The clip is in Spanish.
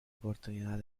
oportunidad